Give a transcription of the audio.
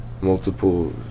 multiple